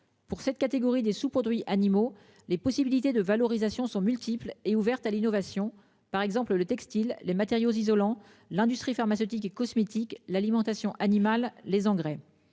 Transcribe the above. pour cette catégorie des sous-produits animaux les possibilités de valorisation sont multiples et ouvertes à l'innovation, par exemple le textile. Les matériaux isolants, l'industrie pharmaceutique et cosmétique l'alimentation animale, les engrais